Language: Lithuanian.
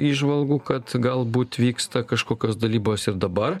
įžvalgų kad galbūt vyksta kažkokios dalybos ir dabar